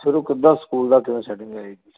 ਫਿਰ ਕਿੱਦਾਂ ਸਕੂਲ ਦਾ ਕਿਵੇਂ ਸੈਟਿੰਗ ਆਏਗੀ